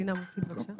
חבר הכנסת מרעי בבקשה.